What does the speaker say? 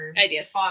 ideas